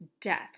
death